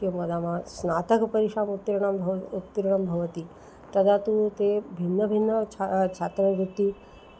किं वदामः स्नातकपरीक्षाम् उत्तीर्ण भव् उत्तिर्णः भवति तदा तु ते भिन्नभिन्नां छा छात्रवृत्तिं